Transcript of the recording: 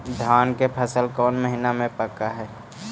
धान के फसल कौन महिना मे पक हैं?